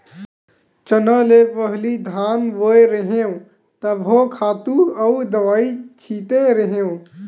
चना ले पहिली धान बोय रेहेव तभो खातू अउ दवई छिते रेहेव